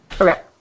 Okay